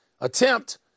attempt